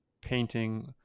painting